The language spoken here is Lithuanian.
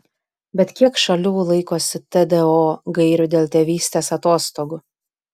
bet kiek šalių laikosi tdo gairių dėl tėvystės atostogų